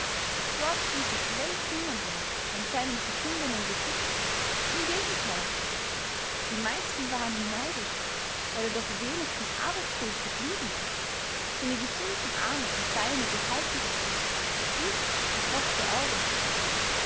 dort stieß sich längst niemand mehr an seinem zerschundenen gesicht im gegenteil die meisten waren ihm neidisch weil er doch wenigstens arbeitsfähig geblieben war seine gesunden arme und beine behalten hatte und das rechte auge